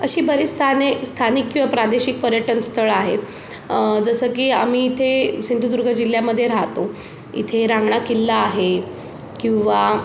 अशी बरीच स्थाने स्थानिक किंवा प्रादेशिक पर्यटनस्थळ आहेत जसं की आम्ही इथे सिंधुदुर्ग जिल्ह्यामध्ये राहतो इथे रांगणा किल्ला आहे किंवा